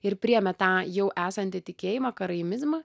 ir priėmė tą jau esantį tikėjimą karaimizmą